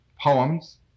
poems